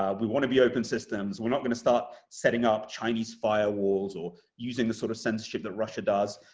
um we want to be open systems. we're not going to start setting up chinese firewalls or using the sort of censorship that russia does.